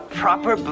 proper